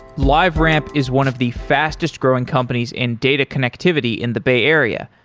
liveramp is one of the fastest growing companies in data connectivity in the bay area,